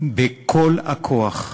בכל הכוח.